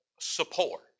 support